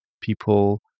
people